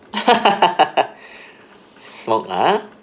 smoke lah ah